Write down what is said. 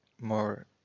more